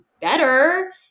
better